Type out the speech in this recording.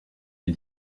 les